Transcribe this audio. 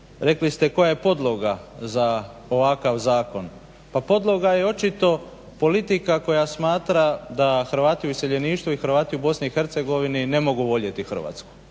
Rekli ste koja je podloga za ovakav zakon. pa podloga je očito politika koja smatra da Hrvati u iseljeništvu i Hrvati u BiH ne mogu voljeti Hrvatsku.